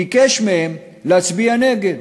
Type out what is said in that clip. ביקש מהם להצביע נגדו.